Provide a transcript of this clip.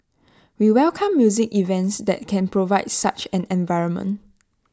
we welcome music events that can provide such an environment